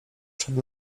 przed